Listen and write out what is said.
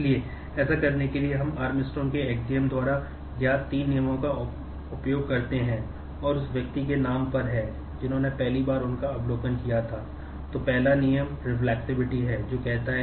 इसलिए ऐसा करने के लिए हम आर्मस्ट्रांग का समूह है